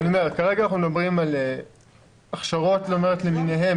כרגע אנחנו מדברים על הכשרות למיניהן,